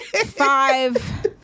Five